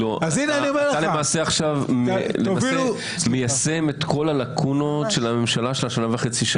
אתה למעשה עכשיו מיישם את כל הלקונות של הממשלה של השנה וחצי?